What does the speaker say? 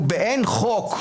ובאין חוק,